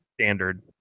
standard